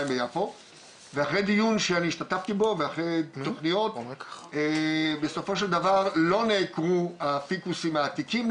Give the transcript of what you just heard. ביפו ואחרי דיון שהשתתפתי בו בסופו של דבר לא נעקרו הפיקוסים העתיקים,